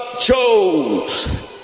chose